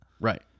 right